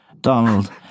Donald